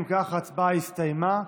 אם כך ההצבעה הסתיימה.